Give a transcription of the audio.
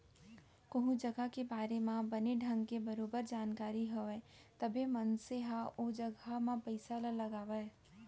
कोहूँ जघा के बारे म बने ढंग के बरोबर जानकारी हवय तभे मनसे ह ओ जघा म पइसा ल लगावय